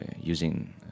using